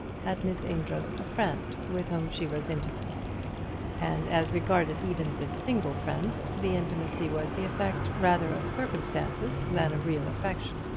had miss amedroz a friend with whom she was intimate and as regarded even this single friend, the intimacy was the effect rather of circumstances than of real affection.